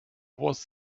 was